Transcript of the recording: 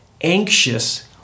anxious